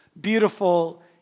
beautiful